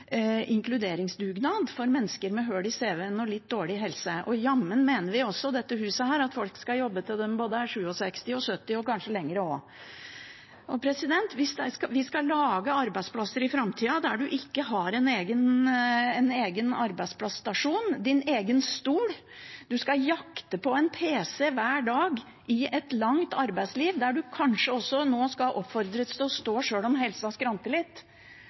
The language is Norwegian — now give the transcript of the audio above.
inkluderingsdugnad for mennesker med hull i cv-en og litt dårlig helse, og jammen mener dette huset at folk skal jobbe til de er både 67 år og 70 år – og kanskje enda lenger. Man skal visst lage arbeidsplasser i framtida der en ikke har en egen arbeidsplasstasjon, en egen stol, en skal jakte på en pc hver dag i et langt arbeidsliv, der en kanskje også nå skal oppfordres til å stå sjøl om helsa